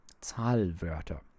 Zahlwörter